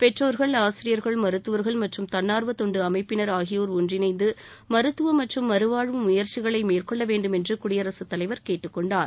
பெற்றோர்கள் ஆசிரியர்கள் மருத்துவர்கள் மற்றும் தன்னார்வ தொண்டு அமைப்பினர் ஆகியோர் ஒன்றிணைந்து மருத்துவம் மற்றும் மறுவாழ்வு முயற்சிகளை மேற்கொள்ள வேண்டும் என்று குடியரசுத் தலைவர் கேட்டுக் கொண்டார்